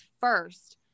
first